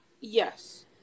yes